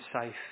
safe